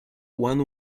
one